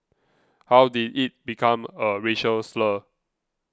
how did it become a racial slur